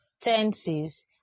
tenses